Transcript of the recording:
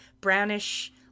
brownish